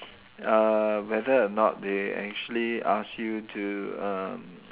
uh whether or not they actually ask you to um